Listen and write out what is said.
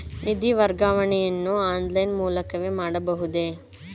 ನಿಧಿ ವರ್ಗಾವಣೆಯನ್ನು ಆನ್ಲೈನ್ ಮೂಲಕವೇ ಮಾಡಬಹುದೇ?